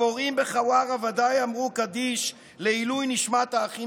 "הפורעים בחווארה ודאי אמרו קדיש לעילוי נשמת האחים